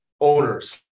owners